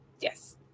Yes